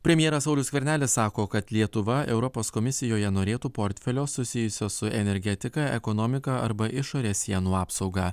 premjeras saulius skvernelis sako kad lietuva europos komisijoje norėtų portfelio susijusio su energetika ekonomika arba išorės sienų apsauga